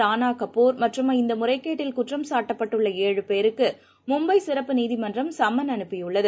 ரானாகபூர் மற்றும் இந்தமுறைகேட்டில் குற்றம் சாட்டப்பட்டுள்ள ஏழு பேருக்குமும்பைசிறப்பு நீதிமன்றம் சம்மன் அனுப்பியுள்ளது